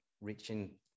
reaching